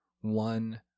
one